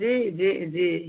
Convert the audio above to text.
जी जी जी